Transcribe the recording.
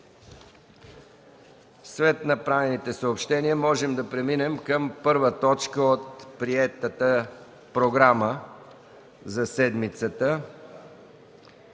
След направените съобщения можем да преминем към точка първа от приетата програма за седмицата: